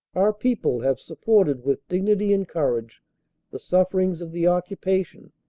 our people have supported with dignity and courage the sufferings of the occupation.